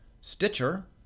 Stitcher